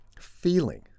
feeling